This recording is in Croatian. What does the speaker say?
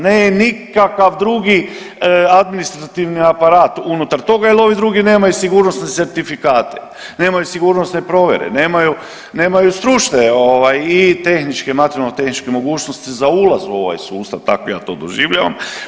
Ne nikakav drugi administrativni aparat unutar toga, jer ovi drugi nemaju sigurnosne certifikate, nemaju sigurnosne provjere, nemaju stručne i tehničke, materijalno-tehničke mogućnosti za ulaz u ovaj sustav tako ja to doživljavam.